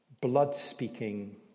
blood-speaking